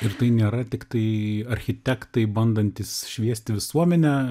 ir tai nėra tiktai architektai bandantys šviesti visuomenę